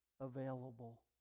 available